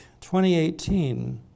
2018